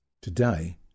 Today